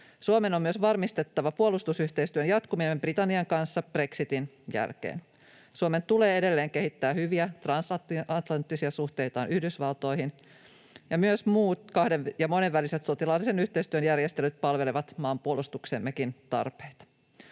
Suomen on myös varmistettava puolustusyhteistyön jatkuminen Britannian kanssa brexitin jälkeen. Suomen tulee edelleen kehittää hyviä transatlanttisia suhteitaan Yhdysvaltoihin, ja myös muut kahden- ja monenväliset sotilaallisen yhteistyön järjestelyt palvelevat maanpuolustuksemmekin tarpeita.